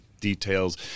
details